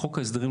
חוק ההסדרים,